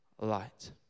light